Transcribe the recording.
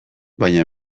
baina